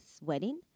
wedding